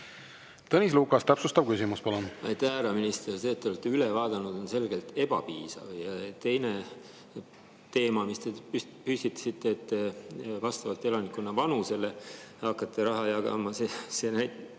Tõnis Lukas, täpsustav küsimus, palun! Aitäh, härra minister! See, et te olete üle vaadanud, on selgelt ebapiisav. Teine teema, mis te püstitasite, et vastavalt elanikkonna vanusele hakkate raha jagama, näitab